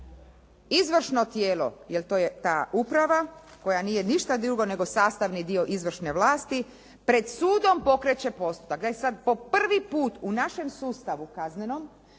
izvršno tijelo, jer to je ta uprava koja nije ništa drugo nego sastavni dio izvršne vlasti, pred sudom pokreće postupak. Da je sad po prvi put u našem sustavu kaznenom